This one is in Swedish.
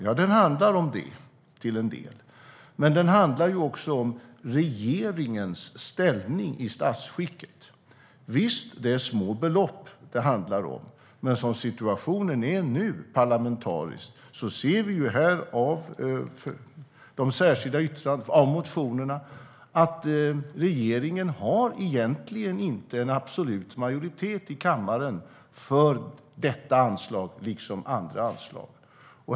Ja, den handlar om det, till en del. Men den handlar också om regeringens ställning i statsskicket. Visst, det är små belopp det handlar om, men som situationen nu är parlamentariskt ser vi av motionerna att regeringen egentligen inte har en absolut majoritet i kammaren för detta anslag, liksom andra anslag.